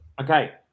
okay